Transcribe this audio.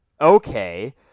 Okay